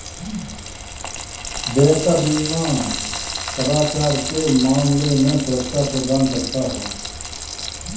देयता बीमा कदाचार के मामले में सुरक्षा प्रदान करता है